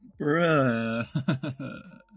Bruh